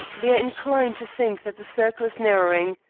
they are inclined to think that the circle is narrowing.